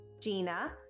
Gina